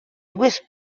dues